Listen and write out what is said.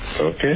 Okay